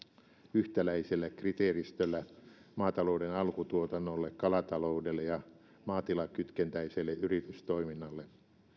yhtäläisellä kriteeristöllä maatalouden alkutuotannolle kalataloudelle ja maatilakytkentäiselle yritystoiminnalle